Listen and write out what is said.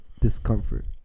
discomfort